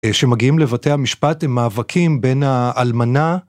שמגיעים לבתי המשפט הם מאבקים בין האלמנה